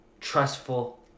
trustful